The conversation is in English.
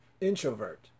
Introvert